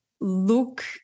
look